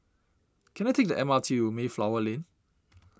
can I take the M R T to Mayflower Lane